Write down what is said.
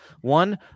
one